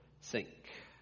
sink